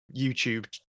youtube